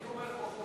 אני תומך בחוק.